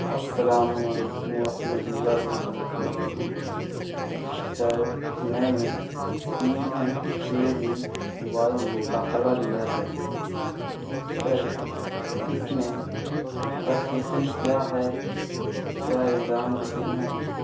السلام علیکم ورحمۃہ اللہ وبرکاتہ ہوں سر میں نے P M K V Y میں داخلہ لیا ہے سر اس میں اس کا سیشن کیا ہے کیا اگزام روٹین ہے